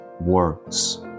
works